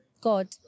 God